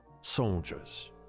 soldiers